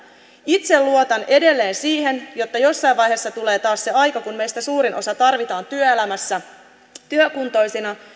itse luotan edelleen siihen että jossain vaiheessa tulee taas se aika kun meistä suurinta osaa tarvitaan työelämässä työkuntoisina